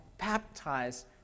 baptized